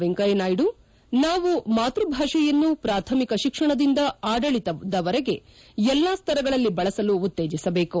ವೆಂಕಯ್ಲನಾಯ್ದು ನಾವು ಮಾತ್ಯಭಾಷೆಯನ್ನು ಪ್ರಾಥಮಿಕ ತಿಕ್ಷಣದಿಂದ ಆಡಳಿತದವರೆಗೆ ಎಲ್ಲಾ ಸ್ತರಗಳಲ್ಲಿ ಬಳಸಲು ಉತ್ತೇಜಸಬೇಕು